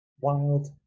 wild